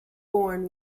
born